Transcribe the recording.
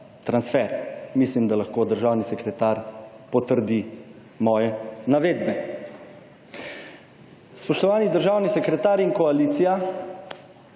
transfer. Mislim, da lahko državni sekretar potrdi moje navedbe. Spoštovani državni sekretar in koalicija